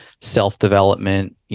self-development